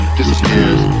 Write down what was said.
disappears